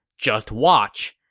just watch.